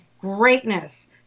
greatness